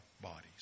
bodies